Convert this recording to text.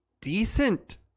decent